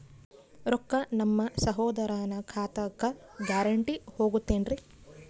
ರೊಕ್ಕ ನಮ್ಮಸಹೋದರನ ಖಾತಕ್ಕ ಗ್ಯಾರಂಟಿ ಹೊಗುತೇನ್ರಿ?